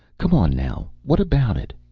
come on now. what about it?